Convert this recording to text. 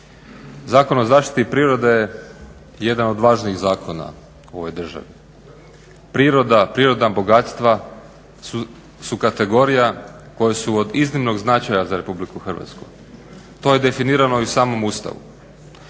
Zakon o zaštiti prirode je jedan od važnijih zakona u ovoj državi. Priroda, prirodna bogatstva su kategorija koja su od iznimnog značaja za Republiku Hrvatsku. To je definirano i u samom Ustavu.